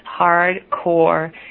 hardcore